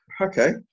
okay